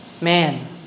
Man